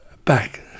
back